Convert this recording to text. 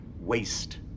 waste